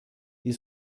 die